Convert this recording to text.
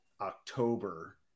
October